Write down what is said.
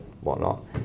whatnot